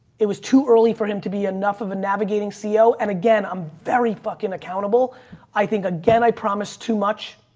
it was too early for him to be enough of a navigating ceo. and again, i'm very fucking accountable i think, again, i promise too much.